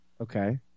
Okay